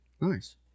Nice